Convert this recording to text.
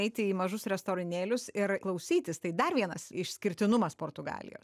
eiti į mažus restoranėlius ir klausytis tai dar vienas išskirtinumas portugalijoj